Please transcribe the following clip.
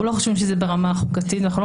אנחנו לא חושבים שזה ברמה חוקתית ואנחנו לא